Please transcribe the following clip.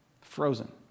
frozen